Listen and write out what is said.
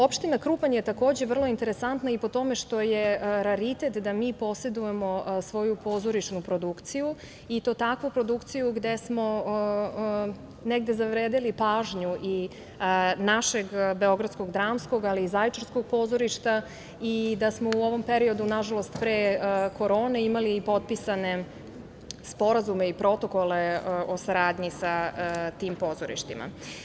Opština Krupanj je takođe vrlo interesantna i po tome što je raritet da mi posedujemo svoju pozorišnu produkciju i to takvu produkciju gde smo negde zavredeli pažnju i našeg BDP, ali i Zaječarskog pozorišta i da smo u ovom periodu nažalost pre korone imali i potpisane sporazume i protokole o saradnji sa tim pozorištima.